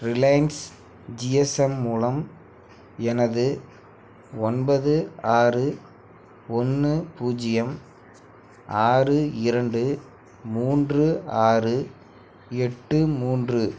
Reliance GSM மூலம் எனது ஒன்பது ஆறு ஒன்று பூஜ்ஜியம் ஆறு இரண்டு மூன்று ஆறு எட்டு மூன்று